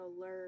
learn